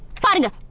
fighting ah